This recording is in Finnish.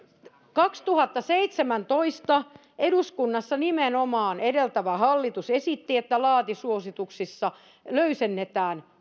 kaksituhattaseitsemäntoista eduskunnassa nimenomaan edeltävä hallitus esitti että laatusuosituksissa löysennetään